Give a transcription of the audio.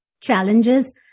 challenges